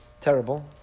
terrible